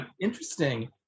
interesting